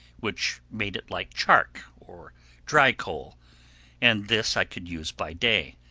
which made it like chark, or dry coal and this i could use by day,